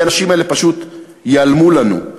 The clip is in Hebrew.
כי האנשים האלה פשוט ייעלמו לנו.